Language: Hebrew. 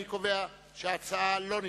אני קובע שההצעה לא נתקבלה.